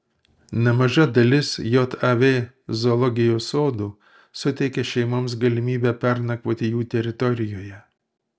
nemaža dalis jav zoologijos sodų suteikia šeimoms galimybę pernakvoti jų teritorijoje